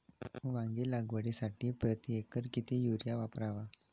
वांगी लागवडीसाठी प्रति एकर किती युरिया वापरावा?